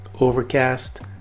Overcast